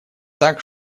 так